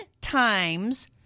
times